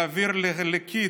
ולהעביר לליקית,